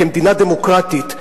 כמדינה דמוקרטית,